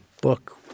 book